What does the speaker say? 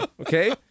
Okay